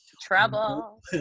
trouble